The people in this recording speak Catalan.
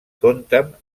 compten